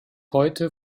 heute